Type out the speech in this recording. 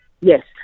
Yes